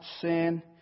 sin